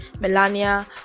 melania